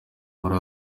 muri